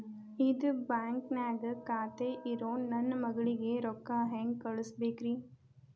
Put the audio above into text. ಇದ ಬ್ಯಾಂಕ್ ನ್ಯಾಗ್ ಖಾತೆ ಇರೋ ನನ್ನ ಮಗಳಿಗೆ ರೊಕ್ಕ ಹೆಂಗ್ ಕಳಸಬೇಕ್ರಿ?